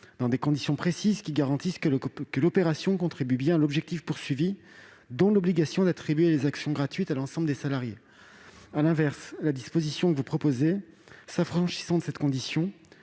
dans des conditions précises qui garantissent que l'opération contribue bien à l'objectif visé, notamment l'obligation d'attribuer des actions gratuites à l'ensemble des salariés. À l'inverse, la disposition que vous proposez, en supprimant cette condition,